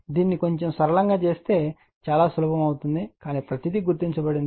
దీన్ని కొంచెం సరళంగా చేస్తే చాలా సులభం అవుతుంది కానీ ప్రతిదీ గుర్తించబడినది